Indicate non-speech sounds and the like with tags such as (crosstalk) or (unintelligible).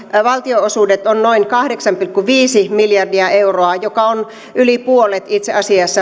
valtionosuudet ovat noin kahdeksan pilkku viisi miljardia euroa joka on itse asiassa (unintelligible)